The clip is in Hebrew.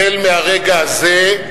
החל ברגע הזה,